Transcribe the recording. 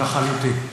לחלוטין.